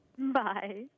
Bye